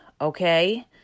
okay